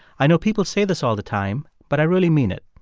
i know people say this all the time, but i really mean it.